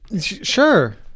Sure